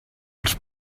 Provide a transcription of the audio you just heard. als